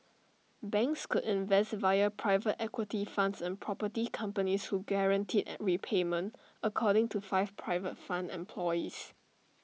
banks could invest via private equity funds in property companies who guaranteed repayment according to five private fund employees